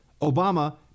Obama